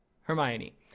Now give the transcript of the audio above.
hermione